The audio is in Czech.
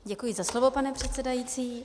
Děkuji za slovo, pane předsedající.